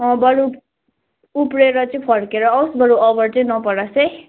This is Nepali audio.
अँ बरू उब्रिएर चाहिँ फर्केर आओस् बरू अभर चाहिँ नपरोस् है